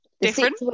Different